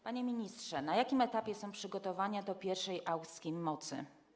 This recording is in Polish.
Panie ministrze, na jakim etapie są przygotowania do pierwszej aukcji mocy?